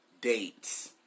dates